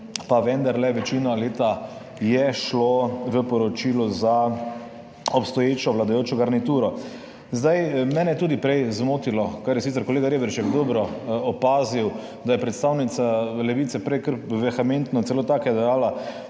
pa vendarle je večina leta šla v poročilo za obstoječo vladajočo garnituro. Mene je tudi prej zmotilo, kar je sicer kolega Reberšek dobro opazil, da je predstavnica Levice prej kar vehementno, celo tako je dejala,